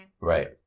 right